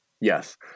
Yes